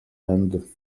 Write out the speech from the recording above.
and